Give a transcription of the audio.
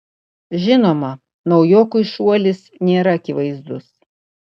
žinoma naujokui šuolis nėra akivaizdus